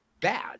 bad